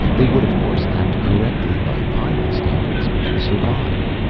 they would, of course, act correctly by pyrran standards, and survive.